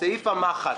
סעיף המחץ,